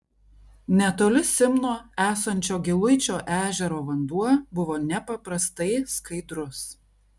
netoli simno esančio giluičio ežero vanduo buvo nepaprastai skaidrus